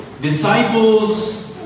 disciples